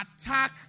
attack